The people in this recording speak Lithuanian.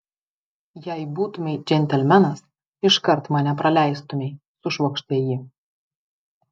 jei būtumei džentelmenas iškart mane praleistumei sušvokštė ji